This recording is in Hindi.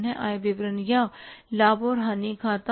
आय विवरण या लाभ और हानि खाता